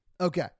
Okay